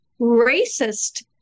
racist